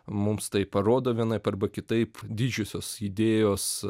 mums tai parodo vienaip arba kitaip didžiosios idėjos